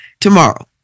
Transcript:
tomorrow